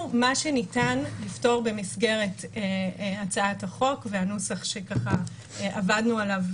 מה שניתן לפתור במסגרת הצעת החוק והנוסח שככה עבדנו עליו,